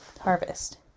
harvest